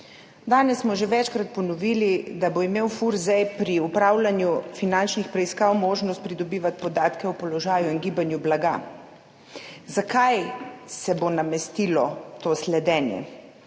Danes smo že večkrat ponovili, da bo imel Furs pri opravljanju finančnih preiskav možnost pridobivati podatke o položaju in gibanju blaga. Zakaj se bo namestilo to sledenje?